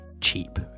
cheap